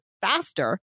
faster